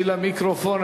גשי למיקרופון,